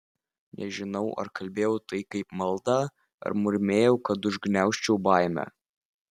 nežinau ar kalbėjau tai kaip maldą ar murmėjau kad užgniaužčiau baimę